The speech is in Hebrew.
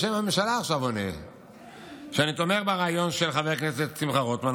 בשם הממשלה אני עונה עכשיו שאני תומך ברעיון של חבר הכנסת שמחה רוטמן,